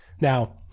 now